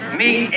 meet